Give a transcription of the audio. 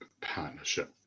partnership